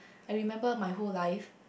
I remember my whole life